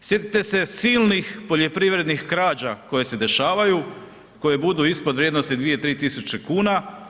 Sjetite se silnih poljoprivrednih krađa koje se dešavaju, koje budu ispod vrijednosti 2, 3 tisuće kuna.